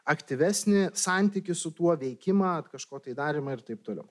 aktyvesnį santykį su tuo veikimą kažko darymą ir taip toliau